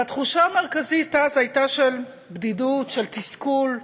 והתחושה המרכזית אז הייתה של בדידות, של תסכול,